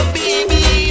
baby